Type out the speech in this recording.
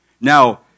Now